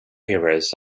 heroes